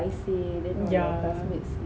yeah